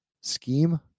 scheme